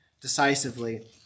decisively